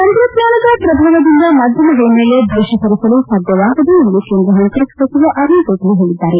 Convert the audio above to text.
ತಂತ್ರಜ್ವಾನದ ಪ್ರಭಾವದಿಂದ ಮಾಧ್ಯಮಗಳ ಮೇಲೆ ದೋಷ ಹೊರಿಸಲು ಸಾಧ್ಯವಾಗದು ಎಂದು ಕೇಂದ್ರ ಹಣಕಾಸು ಸಚಿವ ಅರುಣ್ ಜೇಟ್ಲ ಹೇಳಿದ್ದಾರೆ